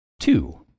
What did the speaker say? Two